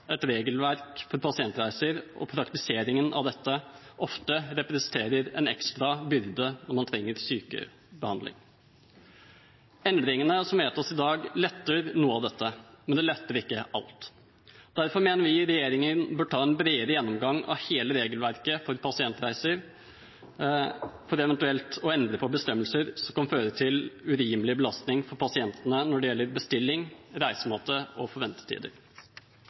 et regelverk til pasientreiser og praktiseringen av dette ofte representerer en ekstra byrde når man trenger sykebehandling. Endringene som vedtas i dag, letter noe av dette, men det letter ikke alt. Derfor mener vi regjeringen bør ta en bredere gjennomgang av hele regelverket for pasientreiser for eventuelt å endre på bestemmelser som kan føre til urimelig belastning for pasientene når det gjelder bestilling, reisemåte og